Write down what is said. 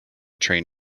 train